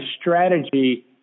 strategy